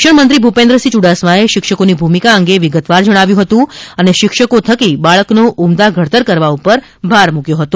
શિક્ષણમંત્રી ભૂપેન્દ્રસિંહ યુડાસમાએ શિક્ષકોની ભૂમિકા અંગે વિગતવાર જણાવ્યુ હતુ અને શિક્ષકો પૈકી બાળકના ઉમદા ધડતર કરવા પર ભાર મૂક્યો હતો